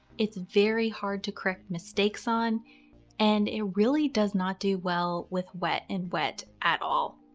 it's very hard to correct mistakes on and it really does not do well with wet and wet at all.